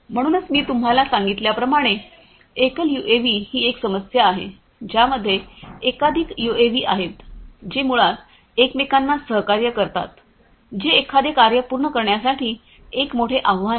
म्हणूनच मी तुम्हाला सांगितल्याप्रमाणे एकल यूएव्ही ही एक समस्या आहे ज्यामध्ये एकाधिक यूएव्ही आहेत जे मुळात एकमेकांना सहकार्य करतात जे एखादे कार्य पूर्ण करण्यासाठी एक मोठे आव्हान आहे